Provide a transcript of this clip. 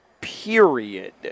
Period